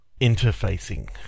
Interfacing